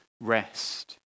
rest